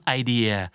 idea